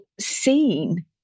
seen